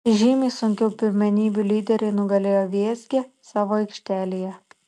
žymiai sunkiau pirmenybių lyderiai nugalėjo vėzgę savo aikštelėje